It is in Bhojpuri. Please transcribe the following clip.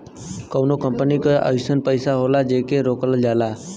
कउनो कंपनी के अइसन पइसा होला जेके रोकल जाला